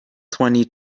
twenty